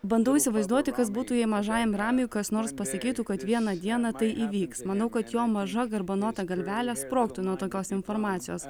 bandau įsivaizduoti kas būtų jei mažajam ramiui kas nors pasakytų kad vieną dieną tai įvyks manau kad jo maža garbanota galvelė sprogtų nuo tokios informacijos